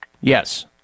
Yes